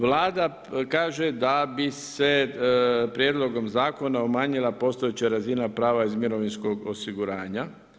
Vlada kaže da bi se prijedlogom zakona umanjila postojeća razina prava iz mirovinskog osiguranja.